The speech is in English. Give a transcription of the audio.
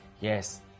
Yes